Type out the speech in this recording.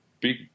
big